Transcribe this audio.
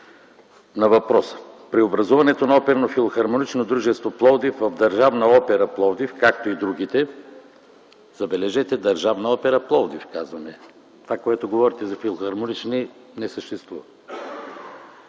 На въпроса. Преобразуването на Оперно-филхармоничното дружество – Пловдив, в Държавна опера – Пловдив, както и другите (забележете, казваме Държавна опера – Пловдив; това, което говорите за филхармонични, не съществува,